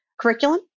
curriculum